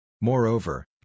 Moreover